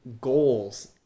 goals